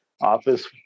office